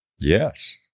Yes